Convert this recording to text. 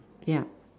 yup